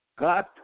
God